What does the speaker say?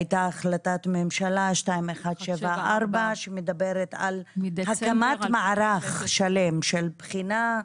הייתה החלטת ממשלה 2174 שמדברת על הקמת מערך שלם של בחינה,